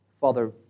Father